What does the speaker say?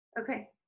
Okay